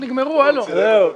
הוא נבחר מראש.